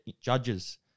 judges